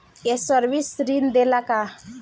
ये सर्विस ऋण देला का?